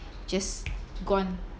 just gone